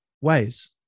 ways